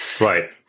Right